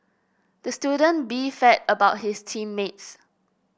the student beefed about his team mates